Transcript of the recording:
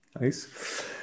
Nice